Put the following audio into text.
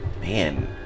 Man